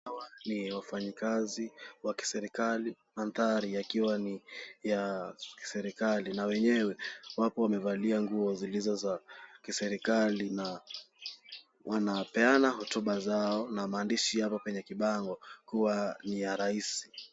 Hawa ni wafanyikazi wa kiserikali. Mandhari yakiwa ni ya kiserikali na wenye wapo waliovalia nguo zilizo za kiserikali na wanapeana hotuba zao na maandishi yapo kwenye kibango kuwa ni ya rais.